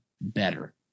better